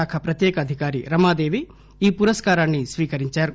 శాఖ ప్రత్యేక అధికారి రమాదేవి ఈ పురస్కారాన్ని స్వీకరించారు